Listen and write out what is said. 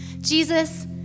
Jesus